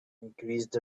increased